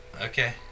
Okay